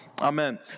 Amen